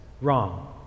wrong